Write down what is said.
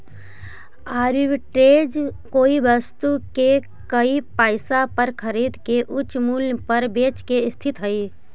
arbitrage कोई वस्तु के कम पईसा पर खरीद के उच्च मूल्य पर बेचे के स्थिति हई